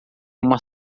uma